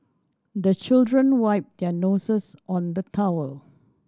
the children wipe their noses on the towel